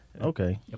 Okay